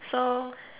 so